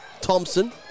Thompson